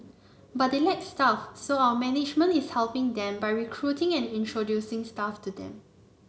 but they lack staff so our management is helping them by recruiting and introducing staff to them